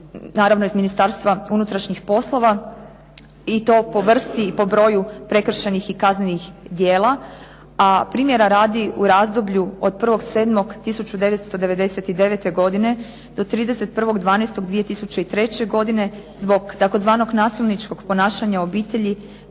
naravno iz Ministarstva unutrašnjih poslova i to po vrsti i po broju prekršajnih i kaznenih djela. A primjera radi u razdoblju od 1.7.1999. godine do 31.12.2003. godine zbog tzv. nasilničkog ponašanja u obitelji